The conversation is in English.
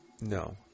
No